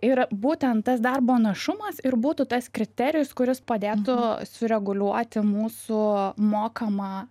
ir būtent tas darbo našumas ir būtų tas kriterijus kuris padėtų sureguliuoti mūsų mokamą